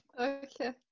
Okay